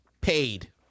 paid